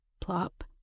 plop